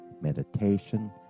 meditation